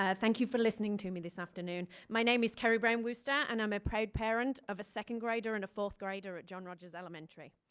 ah thank you for listening to me this afternoon. my name is kerri brown wooster and i'm a proud parent of a second grader and a fourth grader at john rogers elementary.